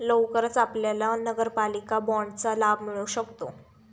लवकरच आपल्याला नगरपालिका बाँडचा लाभ मिळू शकतो